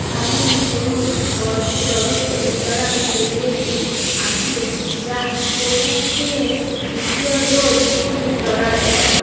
এমন কোনো অর্থ প্রদত্ত টিকাদান কেন্দ্র কি আছে যা কোভ্যাক্সিনের দ্বিতীয় ডোজটি প্রদান করে